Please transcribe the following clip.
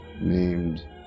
named